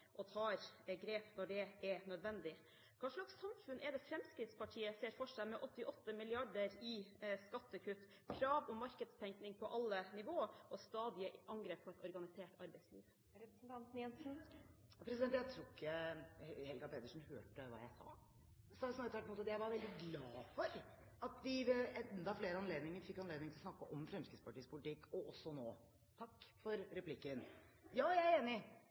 og tar grep når det er nødvendig. Hva slags samfunn er det Fremskrittspartiet ser for seg med 88 mrd. kr i skattekutt, krav om markedstenkning på alle nivå og stadige angrep på et organisert arbeidsliv? Jeg tror ikke Helga Pedersen hørte hva jeg sa. Jeg sa jo snarere tvert imot at jeg var veldig glad for at vi ved enda flere anledninger fikk snakke om Fremskrittspartiets politikk, også nå: Takk for replikken! Ja, jeg er enig: